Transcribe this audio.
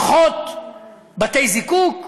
פחות בתי-זיקוק?